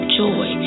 joy